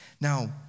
Now